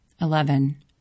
Eleven